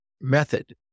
method